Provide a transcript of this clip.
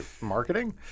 Marketing